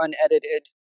unedited